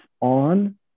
on